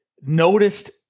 noticed